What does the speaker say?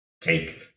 take